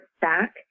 back